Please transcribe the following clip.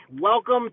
Welcome